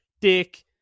dick